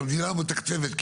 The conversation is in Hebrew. שהמדינה מתקצבת,